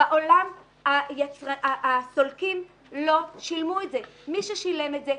בעולם הסולקים לא שילמו את זה אלא מי ששילם את זה,